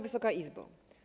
Wysoka Izbo!